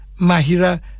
Mahira